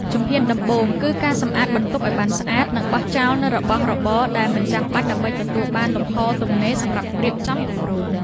ជំហានដំបូងគឺការសម្អាតបន្ទប់ឱ្យបានស្អាត និងបោះចោលនូវរបស់របរដែលមិនចាំបាច់ ដើម្បីទទួលបានលំហទំនេរសម្រាប់រៀបចំគម្រោង។